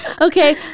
Okay